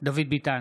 דוד ביטן,